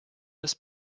das